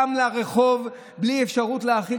לא צריך להגזים.